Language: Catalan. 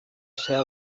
seva